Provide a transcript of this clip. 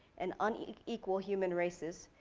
and unequal human races,